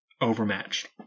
overmatched